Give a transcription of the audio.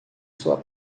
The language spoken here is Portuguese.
sua